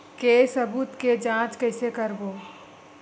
के सबूत के जांच कइसे करबो?